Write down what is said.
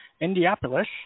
Indianapolis